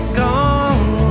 gone